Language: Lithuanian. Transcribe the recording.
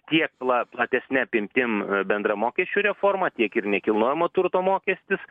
tiek pla platesne apimtim bendra mokesčių reforma tiek ir nekilnojamo turto mokestis